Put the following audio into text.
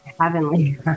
heavenly